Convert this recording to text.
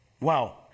Wow